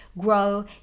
grow